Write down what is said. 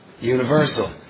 universal